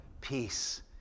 peace